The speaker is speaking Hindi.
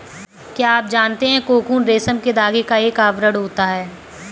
क्या आप जानते है कोकून रेशम के धागे का एक आवरण होता है?